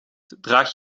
draag